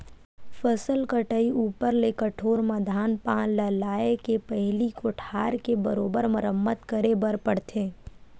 फसल कटई ऊपर ले कठोर म धान पान ल लाए के पहिली कोठार के बरोबर मरम्मत करे बर पड़थे